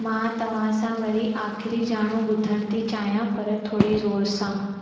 मां तव्हांसां वरी आखिरी ॼाणु ॿुधण थी चाहियां पर थोरी ज़ोर सां